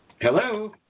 Hello